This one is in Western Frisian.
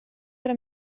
foar